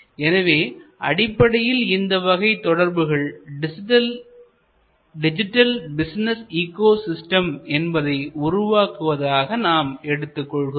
எனவே அடிப்படையில் இந்த வகை தொடர்புகள் டிஜிட்டல் பிசினஸ் ஈகோ சிஸ்டம் என்பதை உருவாக்குவதாக நாம் எடுத்துக் கொள்கிறோம்